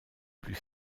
plus